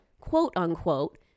quote-unquote